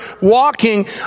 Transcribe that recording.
walking